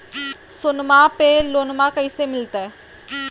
सोनमा पे लोनमा कैसे मिलते?